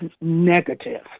negative